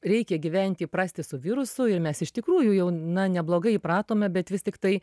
reikia gyvent įprasti su virusu ir mes iš tikrųjų jau na neblogai įpratome bet vis tiktai